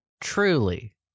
truly